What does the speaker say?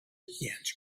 answered